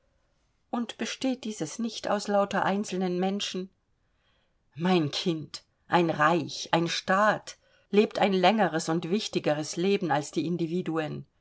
und besteht dieses nicht aus lauter einzelnen menschen mein kind ein reich ein staat lebt ein längeres und wichtigeres leben als die individuen